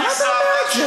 למה אתה אומר את זה?